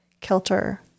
kilter